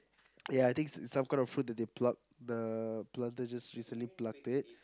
yeah I think it's it's some kind of fruit that they pluck the brother just recently plucked it